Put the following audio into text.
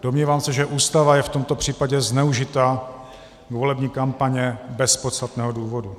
Domnívám se, že Ústava je v tomto případě zneužita k volební kampani bez podstatného důvodu.